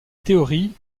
théorie